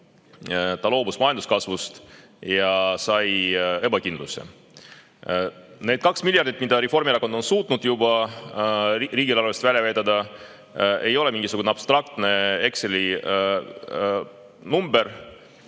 ta loobus majanduskasvust ja sai ebakindluse. Need kaks miljardit, mille Reformierakond on juba suutnud riigieelarvest välja vedada, ei ole mingisugune abstraktne Exceli number.